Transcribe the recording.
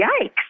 yikes